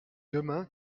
demain